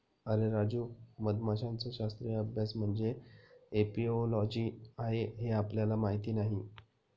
अरे राजू, मधमाशांचा शास्त्रीय अभ्यास म्हणजे एपिओलॉजी आहे हे आपल्याला माहीत नाही